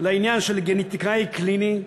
לעניין גנטיקאי קליני,